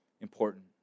important